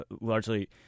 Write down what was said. largely